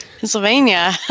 Pennsylvania